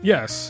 Yes